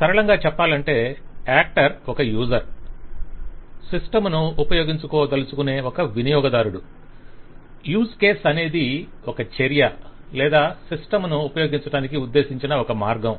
సరళంగా చెప్పాలంటే యాక్టర్ ఒక యూసర్ సిస్టమ్ ను ఉపయోగించదలచుకొనే ఒక వినియోగదారుడు యూజ్ కేస్ అనేది ఒక చర్య లేదా సిస్టమ్ ను ఉపయోగించటానికి ఉద్దేశించిన ఒక మార్గం